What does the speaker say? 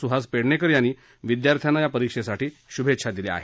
सूहास पेडणेकर यांनी विद्यार्थ्यांना या परीक्षेसाठी श्भेच्छा दिल्या आहेत